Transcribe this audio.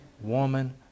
woman